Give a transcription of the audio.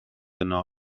yno